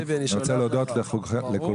אני רוצה להודות לכולכם,